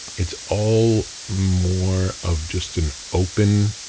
it's all more of just an open,